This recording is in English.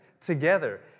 together